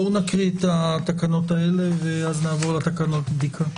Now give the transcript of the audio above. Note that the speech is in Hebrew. בואו נקריא את התקנות האלה ואז נעבור לתקנות הבדיקה.